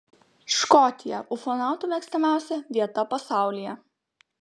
škotija ufonautų mėgstamiausia vieta pasaulyje